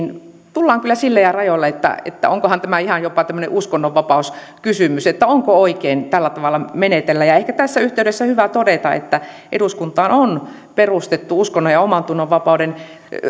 tullaan kyllä niille rajoille että onkohan tämä ihan jopa tämmöinen uskonnonvapauskysymys että onko oikein tällä tavalla menetellä ehkä tässä yhteydessä on hyvä todeta että eduskuntaan on perustettu uskonnon ja omantunnon vapauden